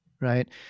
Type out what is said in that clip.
right